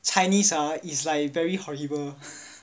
chinese ah is like very horrible